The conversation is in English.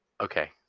Okay